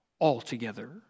altogether